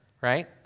right